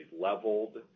leveled